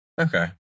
Okay